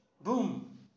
boom